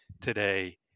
today